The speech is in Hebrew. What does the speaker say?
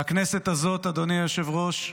והכנסת הזאת, אדוני היושב-ראש,